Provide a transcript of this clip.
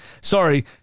sorry